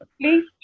Please